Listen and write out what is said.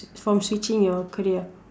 from switching your career